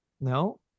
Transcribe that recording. no